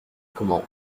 commande